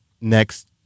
next